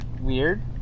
weird